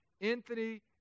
Anthony